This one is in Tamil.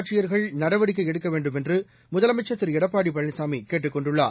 ஆட்சியர்கள் நடவடிக்கை எடுக்க வேண்டுமென்று முதலமைச்சர் திரு எடப்பாடி பழனிசாமி கேட்டுக் கொண்டுள்ளார்